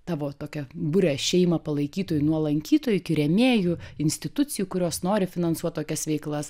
tavo tokią buria šeimą palaikytojų nuo lankytojų iki rėmėjų institucijų kurios nori finansuot tokias veiklas